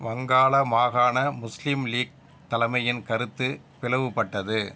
வங்காள மாகாண முஸ்லீம் லீக் தலைமையின் கருத்து பிளவுபட்டது